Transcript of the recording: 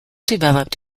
developed